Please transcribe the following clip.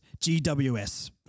GWS